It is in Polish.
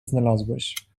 znalazłeś